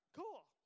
cool